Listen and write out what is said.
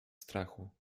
strachu